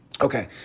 Okay